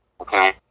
okay